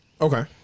Okay